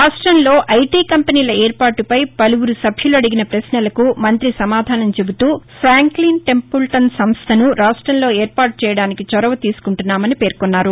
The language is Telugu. రాష్టంలో ఐటీ కంపెనీల ఏర్పాటుపై పలువురు సభ్యులు అడిగిన పశ్నలకు మంతి సమాధానం చెబుతూ ఫాంక్లిన్ టెంపుల్టన్ సంస్థను రాష్ట్రంలో ఏర్పాటు చేయడానికి చొరవ తీసుకుంటున్నామని పేర్కొన్నారు